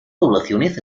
poblaciones